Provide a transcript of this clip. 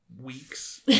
weeks